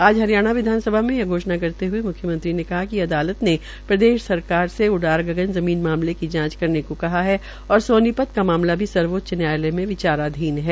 आज हरियाणा विधानसभा में यह घोषणा करते हुए मुख्यमंत्री ने कहा कि अदालत ने प्रदेश सरकार से उडार गमन ज़मीन मामले की जांच करने को कहा है और सोनीपत का मामला भी सर्वोच्च न्यायाल में विचाराधीन है